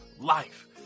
life